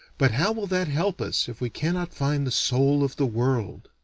but how will that help us if we cannot find the soul of the world?